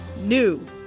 NEW